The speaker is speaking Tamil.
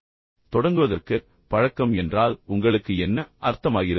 இப்போது தொடங்குவதற்கு பழக்கம் என்றால் உங்களுக்கு என்ன அர்த்தமாகிறது